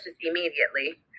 immediately